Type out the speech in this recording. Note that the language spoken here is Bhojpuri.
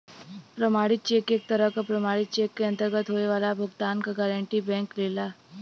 प्रमाणित चेक एक तरह क प्रमाणित चेक के अंतर्गत होये वाला भुगतान क गारंटी बैंक लेला